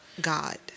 God